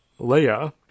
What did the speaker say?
Leia